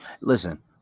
listen